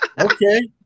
Okay